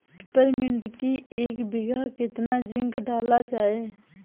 Peppermint की एक बीघा कितना जिंक डाला जाए?